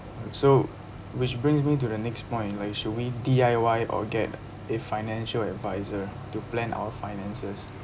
and so which brings me to the next point like should we D_I_Y or get a financial adviser to plan our finances